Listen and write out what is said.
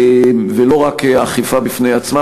ולא רק האכיפה בפני עצמה,